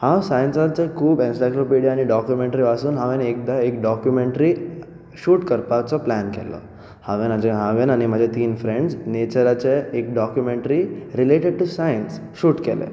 हांव सायन्साच्यो खूब एनसाय्क्लोपिडिया आनी डॉक्युमँट्री वाचून हांवें एकदां डॉक्युमँट्री शूट करपाचो प्लॅन केलो हांवें आनी म्हजे तीन फ्रँड्स नॅचराचेर एक documentary related to science shoot केलें